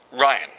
Ryan